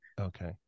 Okay